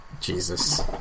Jesus